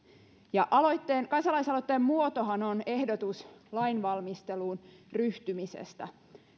kansalaisaloitteen muotohan on ehdotus lainvalmisteluun ryhtymisestä